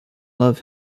love